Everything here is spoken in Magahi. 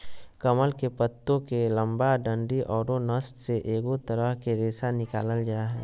कमल के पत्तो के लंबा डंडि औरो नस से एगो तरह के रेशा निकालल जा हइ